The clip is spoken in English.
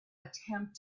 attempt